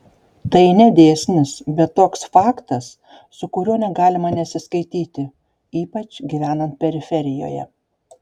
tai ne dėsnis bet toks faktas su kuriuo negalima nesiskaityti ypač gyvenant periferijoje